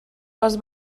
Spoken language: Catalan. les